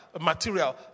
material